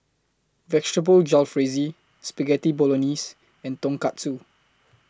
Vegetable Jalfrezi Spaghetti Bolognese and Tonkatsu